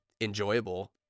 enjoyable